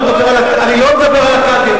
אני לא מדבר על הקאדים,